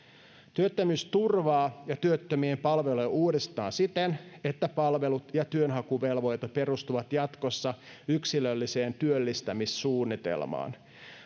työttömyysturvaa ja työttömien palveluja uudistetaan siten että palvelut ja työnhakuvelvoite perustuvat jatkossa yksilölliseen työllistämissuunnitelmaan